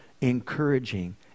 encouraging